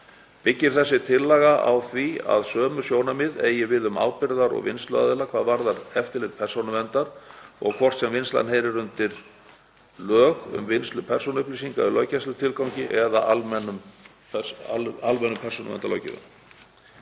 Byggir þessi tillaga á því að sömu sjónarmið eigi við um ábyrgðar- og vinnsluaðila hvað varðar eftirlit Persónuverndar og hvort sem vinnslan heyrir undir lög um vinnslu persónuupplýsinga í löggæslutilgangi eða almennu persónuverndarlöggjöfina.